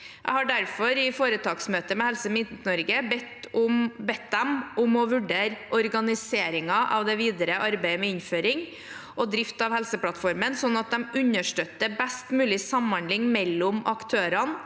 Helse Midt-Norge bedt dem om å vurdere organiseringen av det videre arbeidet med innføring og drift av Helseplattformen, sånn at den understøtter best mulig samhandling mellom aktørene,